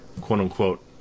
quote-unquote